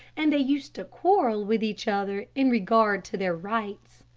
and they used to quarrel with each other in regard to their rights.